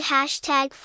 Hashtag